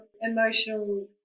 emotional